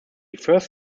first